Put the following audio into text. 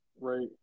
right